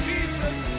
Jesus